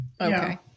Okay